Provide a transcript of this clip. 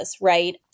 Right